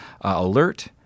Alert